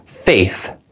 Faith